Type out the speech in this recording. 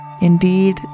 Indeed